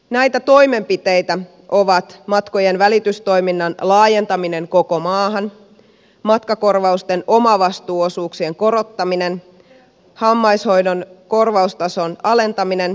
näitä toimenpiteitä ovat matkojen välitystoiminnan laajentaminen koko maahan matkakorvausten omavastuuosuuksien korottaminen hammashoidon korvaustason alentaminen